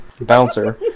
Bouncer